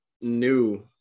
new